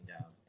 down